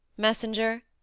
messenger,